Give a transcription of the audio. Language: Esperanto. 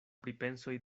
pripensoj